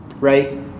Right